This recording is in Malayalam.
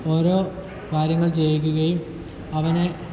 ഓരോ കാര്യങ്ങൾ ചെയ്യിപ്പിക്കുകയും അവനെ